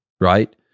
right